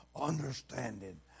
understanding